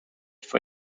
for